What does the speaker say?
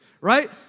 right